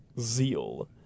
Zeal